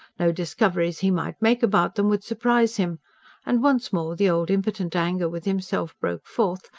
no discoveries he might make about them would surprise him and once more the old impotent anger with himself broke forth,